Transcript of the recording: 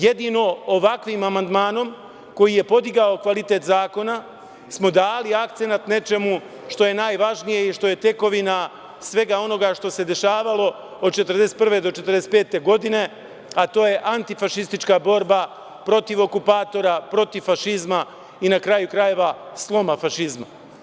Jedino ovakvim amandmanom koji je podigao kvalitet zakona smo dali akcenat nečemu što je najvažnije i što je tekovina svega onoga što se dešavalo od 1941. do 1945. godine, a to je antifašistička borba protiv okupatora, protiv fašizma, i na kraju krajeva, sloma fašizma.